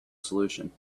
solution